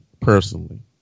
personally